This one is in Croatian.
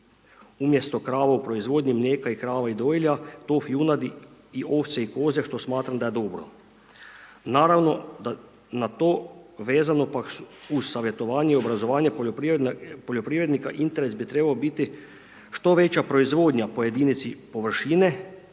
umjesto krava u proizvodnji, mlijeka i krava i dojilja, tov junadi i ovce i koze, što smatram da je dobro. Naravno da na to vezano pak uz savjetovanje i obrazovanje poljoprivrednika interes bi trebao biti što veća proizvodnja po jedinici površine